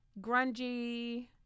Grungy